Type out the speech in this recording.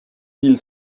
mille